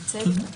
בצדק רב.